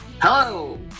Hello